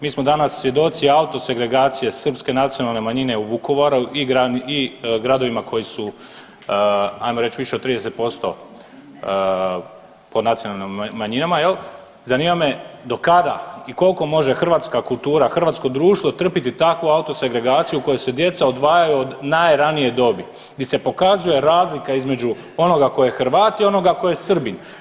Mi smo danas svjedoci auto segregacije Srpske nacionalne manjine u Vukovaru i gradovima koji su ajmo reć više od 30% pod nacionalnim manjinama jel, zanima me do kada i kolko može hrvatska kultura i hrvatsko društvo trpiti takvu auto segregaciju u kojoj se djeca odvajaju od najranije dobi, di se pokazuje razlika između onoga ko je Hrvat i onoga ko je Srbin.